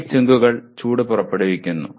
heat സിങ്കുകൾ ചൂട് പുറപ്പെടുവിക്കുന്നു